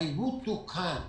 והעיוות תוקן.